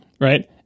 right